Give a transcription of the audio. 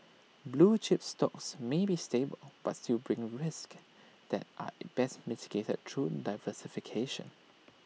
blue chip stocks may be stable but still brings risks that are best mitigated through diversification